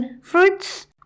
fruits